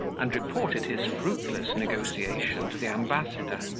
and reported his fruitless negotiation to the ambassador,